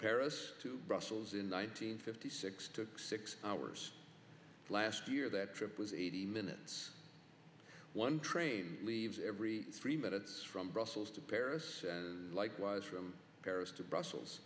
paris to brussels in one nine hundred fifty six took six hours last year that trip was eighty minutes one train leaves every three minutes from brussels to paris and likewise from paris to brussels